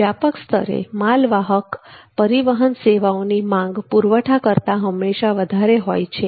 વ્યાપક સ્તરે માલવાહક પરિવહન સેવાઓની માંગ પુરવઠા કરતાં હંમેશાં વધારે હોય છે